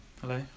hello